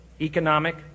economic